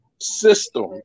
system